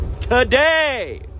today